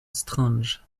strange